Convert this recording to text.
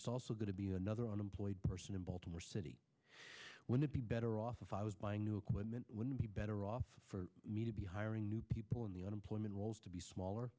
so also going to be another unemployed person in baltimore city when it be better off if i was buying new equipment wouldn't be better off for me to be hiring new people and the unemployment rolls to be smaller